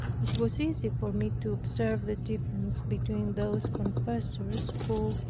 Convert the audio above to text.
it was easy for me to observe the difference between those confessors who,